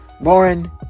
Lauren